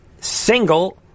single